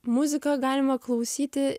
muziką galima klausyti